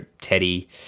Teddy